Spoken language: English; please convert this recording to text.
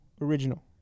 original